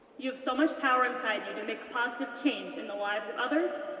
you have so much power inside you to make positive change in the lives of others,